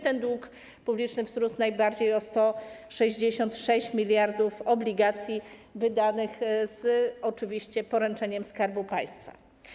Ten dług publiczny wzrósł najbardziej, o 166 mld zł, w przypadku obligacji wydanych oczywiście z poręczeniem Skarbu Państwa.